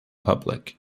public